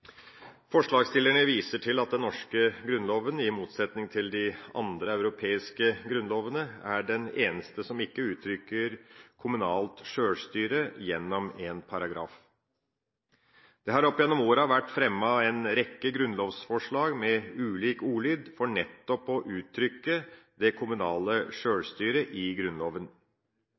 Forslagsstillerne viser til at den norske grunnloven, i motsetning til de andre europeiske grunnlovene, er den eneste som ikke uttrykker kommunalt sjølstyre gjennom en paragraf. Det har opp gjennom årene vært fremmet en rekke grunnlovsforslag med ulik ordlyd for nettopp å uttrykke det kommunale sjølstyret i Grunnloven.